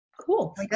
Cool